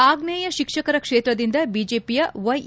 ಆಗ್ನೇಯ ಶಿಕ್ಷಕರ ಕ್ಷೇತ್ರದಿಂದ ಬಿಜೆಪಿಯ ವ್ಯೆಎ